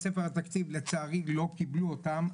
בספר התקציב לצערי לא קיבלו אותם,